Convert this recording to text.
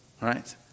right